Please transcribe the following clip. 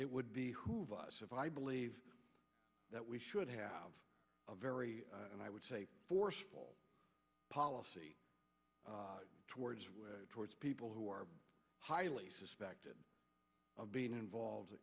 it would be one of us if i believe that we should have a very and i would say forceful policy towards towards people who are highly suspected of being involved